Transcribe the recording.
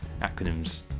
acronyms